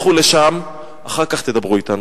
לכו לשם, אחר כך תדברו אתנו.